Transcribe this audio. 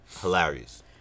hilarious